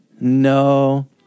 No